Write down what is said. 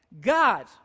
God